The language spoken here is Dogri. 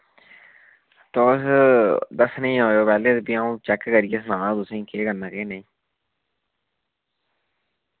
तुस दस्सने आयो पैह्ले ते फ्ही आऊं चैक करियै सनाना तुसें केह् करना केह् नेईं